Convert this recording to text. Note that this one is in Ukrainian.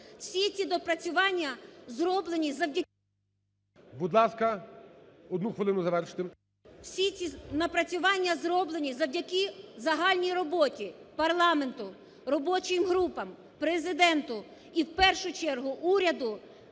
Всі ці напрацювання зроблені завдяки загальній роботі парламенту, робочим групам, Президенту і, в першу чергу, уряду,